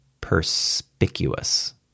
perspicuous